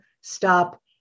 stop